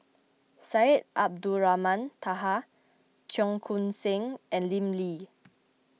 Syed Abdulrahman Taha Cheong Koon Seng and Lim Lee